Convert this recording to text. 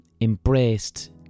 embraced